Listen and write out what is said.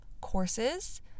courses